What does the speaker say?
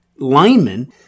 linemen